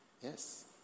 Yes